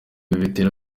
bitera